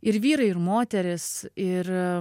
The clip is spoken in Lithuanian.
ir vyrai ir moterys ir